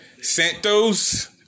Santos